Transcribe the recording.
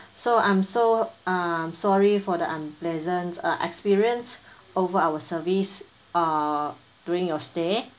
so I'm so um sorry for the unpleasant uh experience over our service uh during your stay